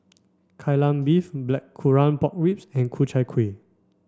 Kai Lan Beef blackcurrant pork ribs and Ku Chai Kuih